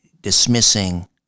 dismissing